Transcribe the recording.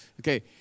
Okay